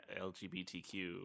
LGBTQ